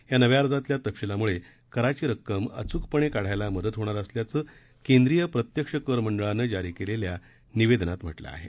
या नव्या अर्जातल्या तपशीलाम्ळे कराची रक्कम अच्कपणे काढायला मदत होणार असल्याचं केंद्रीय प्रत्यक्ष कर मंडळानं जारी केलेल्या निवेदनात म्हटलं आहे